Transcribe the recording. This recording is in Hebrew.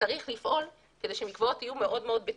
צריך לפעול כדי שמקוואות יהיו מאוד בטוחים,